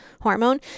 hormone